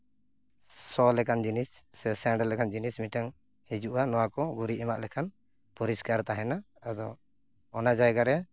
ᱥᱚ ᱞᱮᱠᱟᱱ ᱡᱤᱱᱤᱥ ᱥᱮ ᱥᱮᱱᱰ ᱞᱮᱠᱟᱱ ᱡᱤᱱᱤᱥ ᱢᱤᱫᱴᱟᱝ ᱦᱤᱡᱩᱜᱼᱟ ᱱᱚᱣᱟᱠᱚ ᱜᱩᱨᱤᱡ ᱮᱢᱟᱜ ᱞᱮᱠᱷᱟᱱ ᱯᱚᱨᱤᱥᱠᱟᱨ ᱛᱟᱦᱮᱱᱟ ᱟᱫᱚ ᱚᱱᱟ ᱡᱟᱭᱜᱟ ᱨᱮ